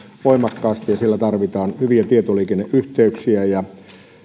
voimakkaasti ja siellä tarvitaan hyviä tietoliikenneyhteyksiä ja